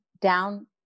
down